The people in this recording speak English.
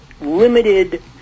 limited